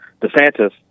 DeSantis